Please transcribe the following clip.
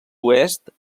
oest